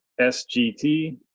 SGT